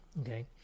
okay